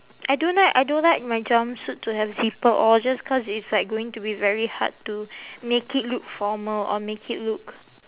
I don't like I don't like my jumpsuit to have zipper or just cause it's like going to be very hard to make it look formal or make it look